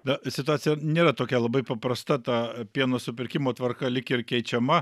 na situacija nėra tokia labai paprasta ta pieno supirkimo tvarka lyg ir keičiama